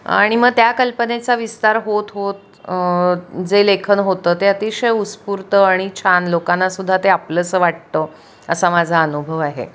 आणि मग त्या कल्पनेचा विस्तार होत होत जे लेखन होतं ते अतिशय उस्फूर्त आणि छान लोकांनासुद्धा ते आपलंच वाटतं असा माझा अनुभव आहे